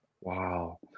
wow